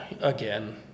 again